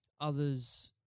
others